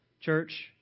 church